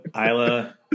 Isla